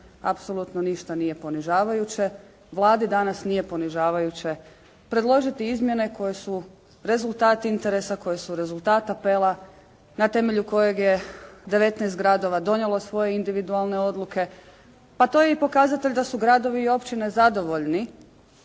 apsolutno ništa nije ponižavajuće. Vladi danas nije ponižavajuće predložiti izmjene koje su rezultat interesa, koje su rezultat apela na temelju kojeg je 19 gradova donijelo svoje individualne odluke. Pa to je i pokazatelj da su gradovi i općine zadovoljni